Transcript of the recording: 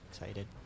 Excited